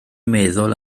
meddwl